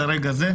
לרגע זה,